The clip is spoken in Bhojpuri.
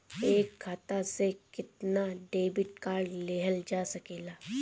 एक खाता से केतना डेबिट कार्ड लेहल जा सकेला?